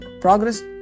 progress